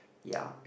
ya